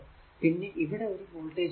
പിന്നെ ഇവിടെ ഒരു വോൾടേജ് സോഴ്സ്